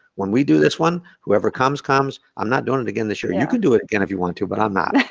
when we do this one, whoever comes comes, i'm not doing it again this year. you could do it again if you want to, but i'm not.